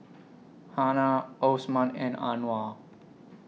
Hana Osman and Anuar